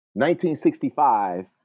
1965